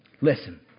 Listen